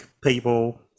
people